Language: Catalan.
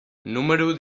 número